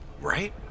right